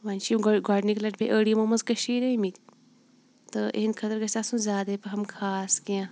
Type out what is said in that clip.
وۄنۍ چھِ یِم گۄڈنِک لَٹہِ بییٚہِ أڈۍ یِمو مَنٛز کٔشیٖر آمٕتۍ تہٕ یِہٕنٛدۍ خٲطرٕ گَژھِ آسُن زیادَے پَہَم خاص کینٛہہ